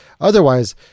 otherwise